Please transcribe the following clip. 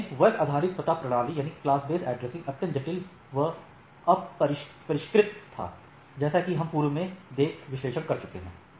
शुरू में वर्ग आधारित पता प्रणाली अत्यंत जटिल एवं अपरिष्कृत था जैसा कि हम पूर्व में देख विश्लेषण कर चुके हैं